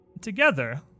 Together